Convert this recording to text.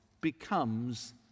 becomes